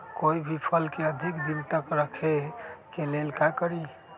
कोई भी फल के अधिक दिन तक रखे के लेल का करी?